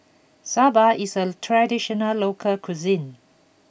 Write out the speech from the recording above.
Soba is a traditional local cuisine